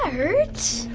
hurt?